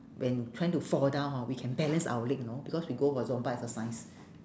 when trying to fall down hor we can balance our leg you know because we go for zumba exercise